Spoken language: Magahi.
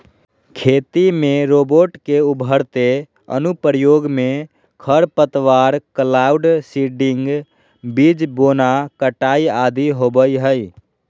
खेती में रोबोट के उभरते अनुप्रयोग मे खरपतवार, क्लाउड सीडिंग, बीज बोना, कटाई आदि होवई हई